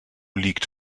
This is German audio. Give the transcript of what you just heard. liegt